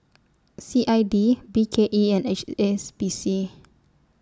C I D B K E and H S B C